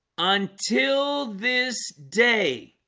until this day